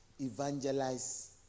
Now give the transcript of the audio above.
evangelize